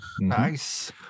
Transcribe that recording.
Nice